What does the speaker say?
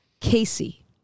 Casey